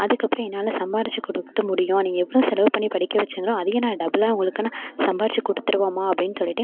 அதுக்கப்புறோம் என்னால் சம்பாதிச்சி கொடுத்து முடியும் நீங்கள் எவ்வளோ செலவு பண்ணி படிக்க வைச்சிங்களோ அதையே நான் டபுளாக உங்களுக்கு நான் சம்பாதிச்சி கொடுத்துருவேன்மா அப்டின்னு சொல்லிட்டு